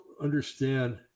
understand